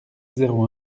zéro